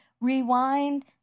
rewind